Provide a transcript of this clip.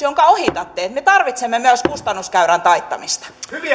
jonka ohitatte me tarvitsemme myös kustannuskäyrän taittamista